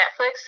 Netflix